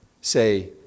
say